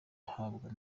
ahabwa